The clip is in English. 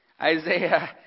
isaiah